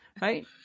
Right